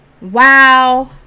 Wow